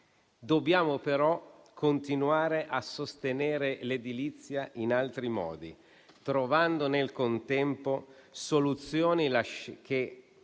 dobbiamo però continuare a sostenere l'edilizia in altri modi, trovando nel contempo soluzioni ai